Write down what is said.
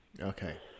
Okay